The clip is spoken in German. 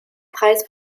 preis